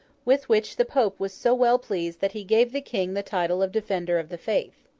with which the pope was so well pleased that he gave the king the title of defender of the faith.